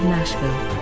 Nashville